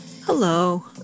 hello